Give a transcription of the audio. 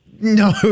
No